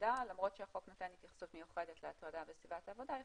החוק למניעת הטרדה מינית,